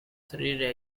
three